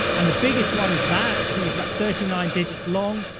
and the biggest one is that. i think it's about thirty nine digits long.